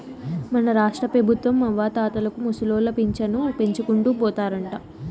మన రాష్ట్రపెబుత్వం అవ్వాతాతలకు ముసలోళ్ల పింఛను పెంచుకుంటూ పోతారంట